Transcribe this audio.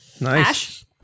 Nice